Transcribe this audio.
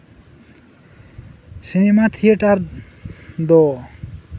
cinema theatre ᱫᱚ